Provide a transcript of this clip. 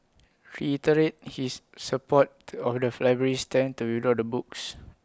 he reiterated his support of the library's stand to withdraw the books